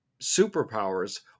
superpowers